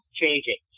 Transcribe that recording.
changing